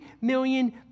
million